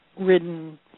ridden